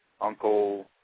Uncle